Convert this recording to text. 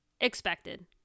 expected